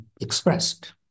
expressed